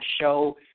show